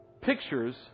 pictures